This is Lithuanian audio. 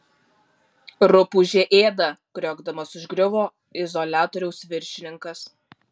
rupūžė ėda kriokdamas užgriuvo izoliatoriaus viršininkas